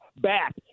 back